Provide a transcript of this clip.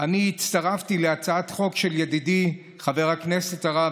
אני הצטרפתי להצעת חוק של ידידי חבר הכנסת הרב